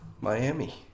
Miami